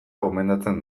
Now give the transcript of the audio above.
gomendatzen